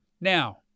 Now